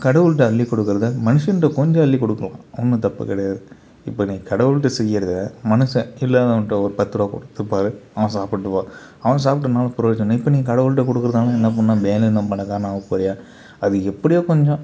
கடவுள்கிட்ட அள்ளிக்கொடுக்கிறத மனுஷன்கிட்ட கொஞ்சம் அள்ளிக்கொடுப்போம் ஒன்றும் தப்பு கிடையாது இப்போ நீ கடவுள்கிட்ட செய்கிறத மனுஷன் இல்லாதவன்கிட்ட ஒரு பத்து ரூபா கொடுத்துப்பாரு அவன் சாப்பிட்டுப்பான் அவன் சாப்பிட்டு என்ன பிரயோஜனம் இப்போ நீ கடவுள்கிட்ட கொடுக்கிறத அவன் என்ன பண்ணான் மேலும் இன்னும் பணக்காரன் ஆகப்போறீயா அது எப்படியோ கொஞ்சம்